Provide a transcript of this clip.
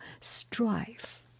Strife